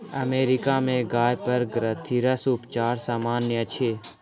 America में गाय पर ग्रंथिरस उपचार सामन्य अछि